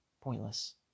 pointless